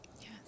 yes